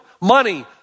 money